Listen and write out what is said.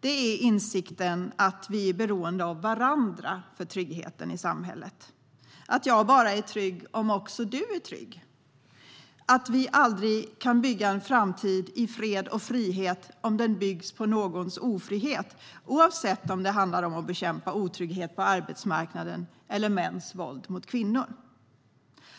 Det är insikten att vi är beroende av varandra för tryggheten i samhället: att jag bara är trygg om också du är trygg och att vi aldrig kan bygga en framtid i fred och frihet om den byggs på någons ofrihet, oavsett om det handlar om att bekämpa otrygghet på arbetsmarknaden eller mäns våld mot kvinnor.